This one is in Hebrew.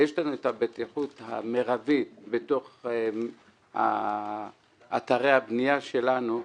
יש לנו את הבטיחות המרבית בתוך אתרי הבנייה שלנו,